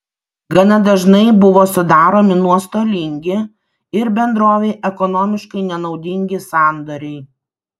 gana dažnai buvo sudaromi nuostolingi ir bendrovei ekonomiškai nenaudingi sandoriai